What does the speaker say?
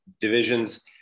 divisions